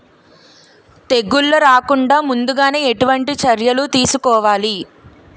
తెగుళ్ల రాకుండ ముందుగానే ఎటువంటి చర్యలు తీసుకోవాలి?